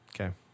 Okay